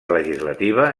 legislativa